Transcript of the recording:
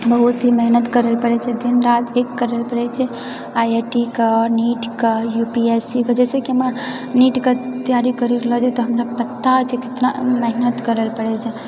बहुत ही मेहनत करै पड़ैत छै दिनरात एक करऽ पड़ैत छै आइआइटीके नीटके यूपीएससीके जैसे कि हमरा नीटके तैयारी करै लऽ हमरा पता छै कि मेहनत करै लऽ पड़ैत छै